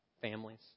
families